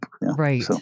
Right